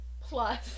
plus